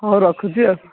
ହଉ ରଖୁଛି ଆଉ